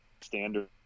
standard